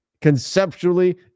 Conceptually